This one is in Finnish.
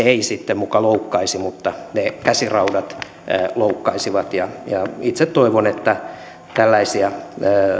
ei muka loukkaisi mutta ne käsiraudat loukkaisivat ja itse toivon että tällaisia